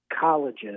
colleges